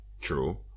True